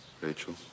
Rachel